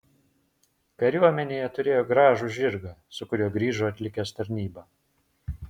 kariuomenėje turėjo gražų žirgą su kuriuo grįžo atlikęs tarnybą